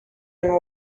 and